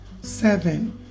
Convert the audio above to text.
Seven